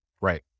Right